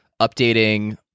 updating